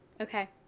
Okay